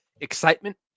excitement